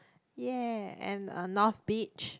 ya and a north beach